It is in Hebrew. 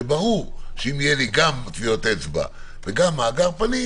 שברור שאם יהיה לי גם טביעות אצבע וגם מאגר פנים,